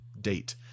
date